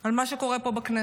על מה שקורה פה בכנסת,